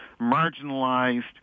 marginalized